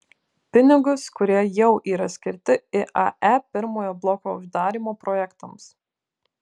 pinigus kurie jau yra skirti iae pirmojo bloko uždarymo projektams